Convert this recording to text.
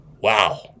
Wow